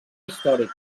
històric